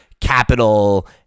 capital